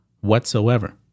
whatsoever